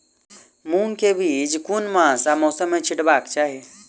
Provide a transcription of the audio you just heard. मूंग केँ बीज केँ मास आ मौसम मे छिटबाक चाहि?